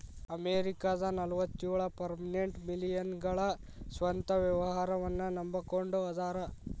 ಅಮೆರಿಕದ ನಲವತ್ಯೊಳ ಪರ್ಸೆಂಟ್ ಮಿಲೇನಿಯಲ್ಗಳ ಸ್ವಂತ ವ್ಯವಹಾರನ್ನ ನಂಬಕೊಂಡ ಅದಾರ